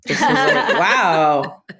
Wow